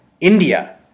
India